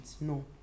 No